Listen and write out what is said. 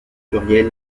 pluriel